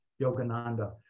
Yogananda